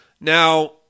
now